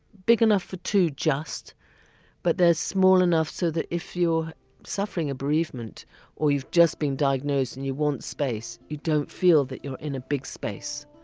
big enough for two just but they're small enough so that if you're suffering a bereavement or you've just been diagnosed and you want space, you don't feel that you're in a big space.